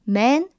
men